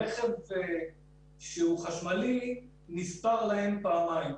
רכב חשמלי נספר להם פעמיים.